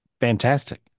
Fantastic